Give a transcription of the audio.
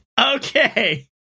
Okay